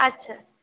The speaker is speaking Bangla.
আচ্ছা